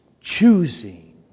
choosing